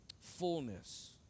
fullness